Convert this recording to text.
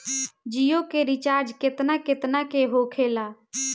जियो के रिचार्ज केतना केतना के होखे ला?